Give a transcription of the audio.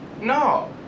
No